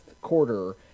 quarter